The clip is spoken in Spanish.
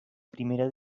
primera